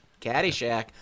Caddyshack